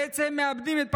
בעצם הם מאבדים את פרנסתם.